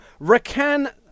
Rakan